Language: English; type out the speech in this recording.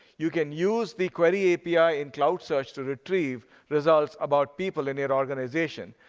you can use the query api in cloud search to retrieve results about people in your organization.